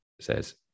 says